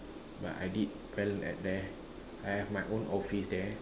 but I did well at there I have my own office there